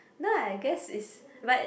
no I guess is but